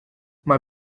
mae